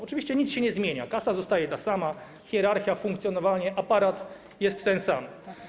Oczywiście nic się nie zmienia, kasa zostaje ta sama, hierarchia, funkcjonowanie, aparat jest ten sam.